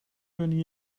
kunnen